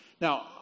Now